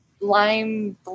lime